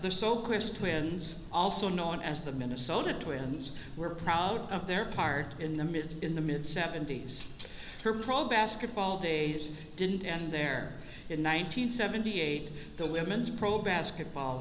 there so chris twins also known as the minnesota twins were proud of their part in the mid in the mid seventies her pro basketball days didn't end there in one nine hundred seventy eight the women's pro basketball